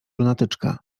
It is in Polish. lunatyczka